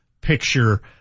picture